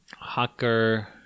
Hacker